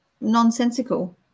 nonsensical